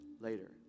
later